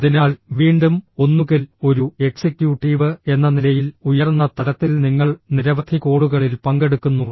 അതിനാൽ വീണ്ടും ഒന്നുകിൽ ഒരു എക്സിക്യൂട്ടീവ് എന്ന നിലയിൽ ഉയർന്ന തലത്തിൽ നിങ്ങൾ നിരവധി കോളുകളിൽ പങ്കെടുക്കുന്നു